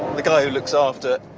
the guy who looks after